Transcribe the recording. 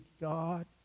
God